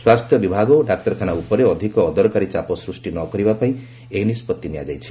ସ୍ୱାସ୍ଥ୍ୟ ବିଭାଗ ଓ ଡାକ୍ତରଖାନା ଉପରେ ଅଧିକ ଅଦରକାରୀ ଚାପ ସୃଷ୍ଟି ନ କରିବାପାଇଁ ଏହି ନିଷ୍କଭି ନିଆଯାଇଛି